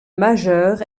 majeurs